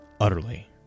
utterly